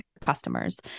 customers